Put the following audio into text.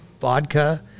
vodka